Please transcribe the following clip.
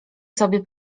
sobie